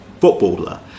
footballer